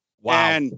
Wow